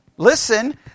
Listen